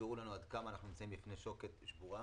ויסבירו לנו עד כמה אנחנו נמצאים בפני שוקת שבורה.